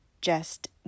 Just